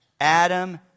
Adam